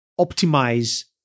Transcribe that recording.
optimize